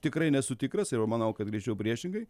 tikrai nesu tikras ir manau kad greičiau priešingai